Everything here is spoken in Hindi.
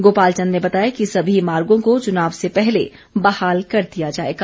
गोपाल चंद ने बताया कि सभी मार्गों को चुनाव से पहले बहाल कर दिया जाएगा